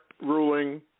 ruling